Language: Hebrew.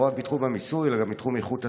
לא רק בתחום המיסוי אלא גם בתחום איכות הסביבה,